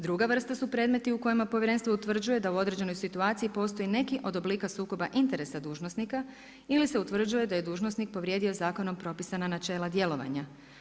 Druga vrsta su predmeti u kojima Povjerenstvo utvrđuje da u određenoj situaciji postoji neki od oblika sukoba interesa dužnosnika ili se utvrđuje da je dužnosnik povrijedio zakonom propisana načela djelovanja.